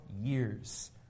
years